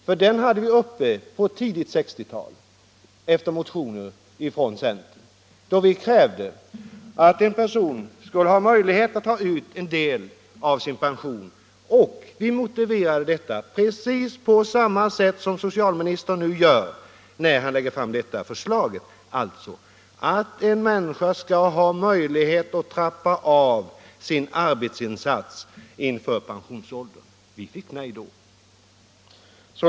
Den var uppe under det tidiga 1960-talet efter motioner från centern, då vi krävde att en person skulle ha möjlighet att ta ut en del av sin pension. Vi motiverade detta precis på samma sätt som sccialministern nu gör när han lägger fram sitt förslag: En människa skall ha möjlighet att trappa av sin arbetsinsats inför pensionsåldern. Vi fick nej då.